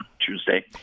Tuesday